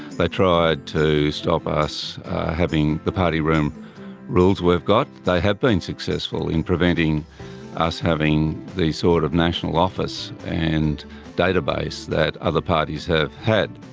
they tried to stop us having the party room rules we've got. they have been successful in preventing us having the sort of national office and database that other parties have had.